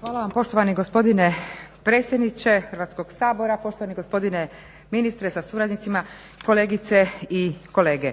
Hvala vam poštovani gospodine predsjedniče Hrvatskog sabora, poštovani gospodine ministre sa suradnicima, kolegice i kolege.